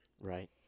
Right